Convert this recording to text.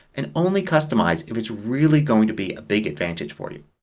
and only customize if it's really going to be a big advantage for you.